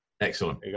Excellent